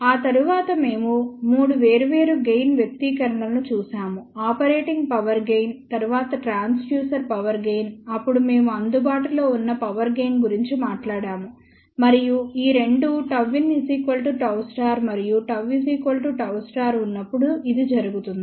ఆ తరువాత మేము మూడు వేర్వేరు గెయిన్ వ్యక్తీకరణలను చూశాము ఆపరేటింగ్ పవర్ గెయిన్ తరువాత ట్రాన్స్డ్యూసర్ పవర్ గెయిన్ అప్పుడు మేము అందుబాటులో ఉన్న పవర్ గెయిన్ గురించి మాట్లాడాము మరియు ఈ రెండూ Γin Γ మరియు Γ Γ ఉన్నప్పుడు ఇది జరుగుతుంది